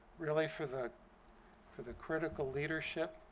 really for the for the critical leadership